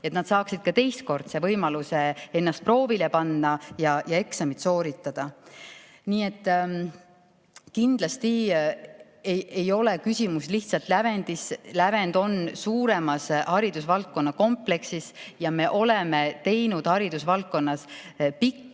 Nii nad saaksid teistkordse võimaluse ennast proovile panna ja eksamit sooritada. Nii et kindlasti ei ole küsimus lihtsalt lävendis. Lävend kuulub suuremasse haridusvaldkonna kompleksi. Me oleme teinud haridusvaldkonnas pikki